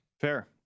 Fair